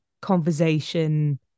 conversation